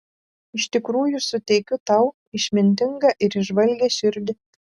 iš tikrųjų suteikiu tau išmintingą ir įžvalgią širdį